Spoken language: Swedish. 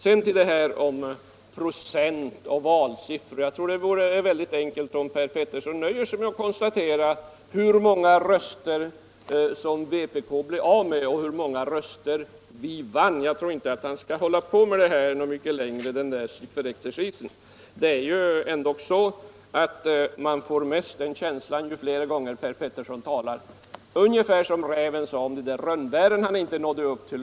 Sedan till detta med procent och valsiffror: Jag tror att det är så enkelt alt det räcker om Per Petersson nöjer sig med att konstatera hur många röster vpk blev av med och hur många röster vi vann. Jag tycker inte att han skall hålla på med den där sifferexercisen så mycket längre. Ju fler gånger Per Petersson tar upp den, desto mer kommer man att tänka på vad räven sade om rönnbären som han inte nådde upp till.